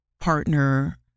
partner